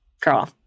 girl